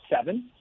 seven